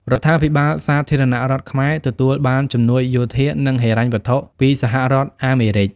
រដ្ឋាភិបាលសាធារណរដ្ឋខ្មែរ ទទួលបានជំនួយយោធា និងហិរញ្ញវត្ថុ ពីសហរដ្ឋអាមេរិក។